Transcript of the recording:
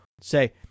say